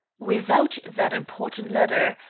without that important letter,